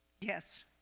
Yes